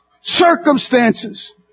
Circumstances